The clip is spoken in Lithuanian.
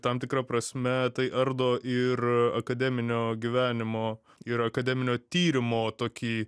tam tikra prasme tai ardo ir akademinio gyvenimo ir akademinio tyrimo tokį